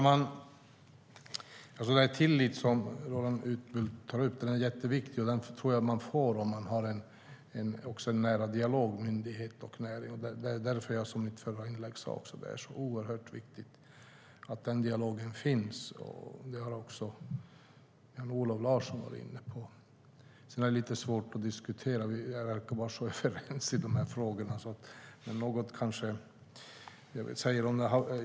Herr talman! Tilliten som Roland Utbult tar upp är jätteviktig, och den tror jag att man får om man har en nära dialog mellan myndighet och näring. Det var därför som jag sade i mitt förra inlägg att det är så oerhört viktigt att den dialogen finns, och det har också Jan-Olof Larsson varit inne på. Sedan är det lite svårt att diskutera, för vi verkar vara så överens i de här frågorna, men något vill jag säga.